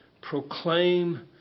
proclaim